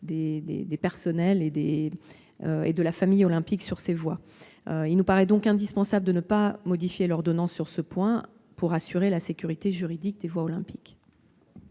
des membres de la famille olympique. Il nous paraît donc indispensable de ne pas modifier l'ordonnance sur ce point, afin d'assurer la sécurité juridique des voies olympiques.